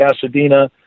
Pasadena